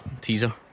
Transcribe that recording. teaser